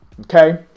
Okay